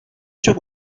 çok